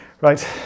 Right